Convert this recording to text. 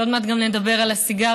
עוד מעט גם נדבר על הסיגריות,